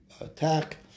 attack